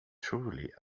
truly